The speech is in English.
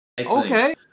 Okay